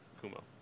Kumo